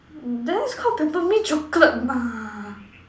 mm that is called Peppermint chocolate mah